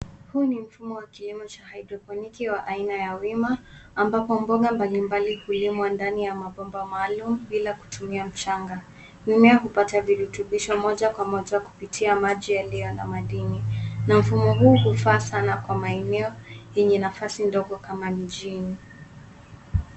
Huu ni mfumo wa kilimo cha hydroponic aina ya wima ambapo mboga mbalimbali hulimwa ndani ya mabomba maalum bila kutumia mchanga. Mimea hupata virutubisho moja kwa moja kupitia maji yaliyo na madini na mfumo huu hufaa sana kwa maeneo yenye nafasi ndogo kama mjini.